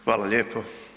Hvala lijepo.